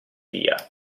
via